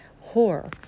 horror